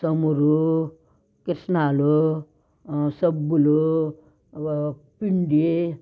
చమురు కిరసనాయిలు సబ్బులూ వా పిండి